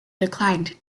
declined